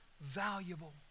valuable